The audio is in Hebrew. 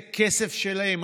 זה כסף שלהם.